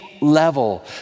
level